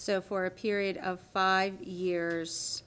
so for a period of five years